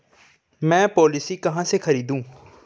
मैं पॉलिसी कहाँ से खरीदूं?